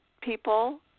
people